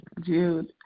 Jude